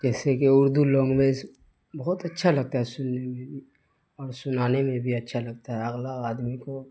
جیسے کہ اردو لونگویز بہت اچھا لگتا ہے سننے میں اور سنانے میں بھی اچھا لگتا ہے اگلا آدمی کو